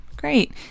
Great